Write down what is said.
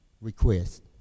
request